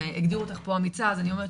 והגדירו אותך "אמיצה", אז אני אומרת